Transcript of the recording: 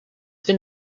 been